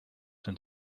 den